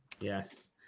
Yes